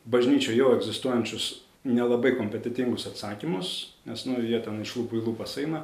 bažnyčioj jau egzistuojančius nelabai kompetentingus atsakymus nes nu jie ten iš lūpų į lūpas eina